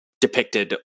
depicted